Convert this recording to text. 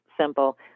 simple